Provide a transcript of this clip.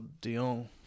Dion